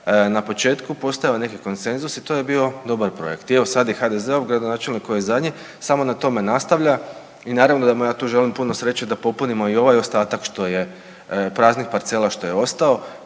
na početku, postojao je neki konsenzus i to je bio dobar projekt. I evo sada i HDZ-ov gradonačelnik koji je zadnji samo na tome nastavlja i naravno da mu ja tu želim puno sreće da popunimo i ovaj ostatak praznih parcela što je ostao.